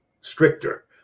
stricter